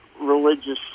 religious